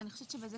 אני חושבת שבזה